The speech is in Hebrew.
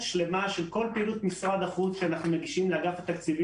כי זה כן היה נושא שעלה בדוחות קודמים של מבקר המדינה,